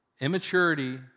immaturity